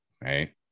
Right